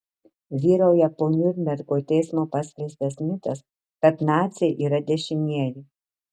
vyrauja po niurnbergo teismo paskleistas mitas kad naciai yra dešinieji